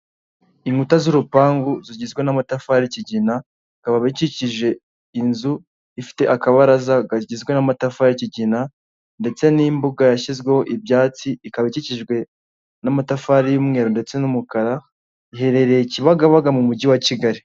Inkuta z'urupangu zigizwe n'amatafari y'ikigina, bikaba bikikije inzu ifite akabaraza kagizwe n'amatafari y'ikigina, ndetse n'imbuga yashyizweho ibyatsi. Ikaba ikikijwe n'amatafari y'umweru ndetse n'umukara. Iherereye i Kibagabaga mu mujyi wa Kigali.